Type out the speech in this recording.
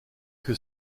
que